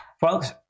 Folks